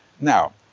Now